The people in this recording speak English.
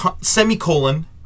semicolon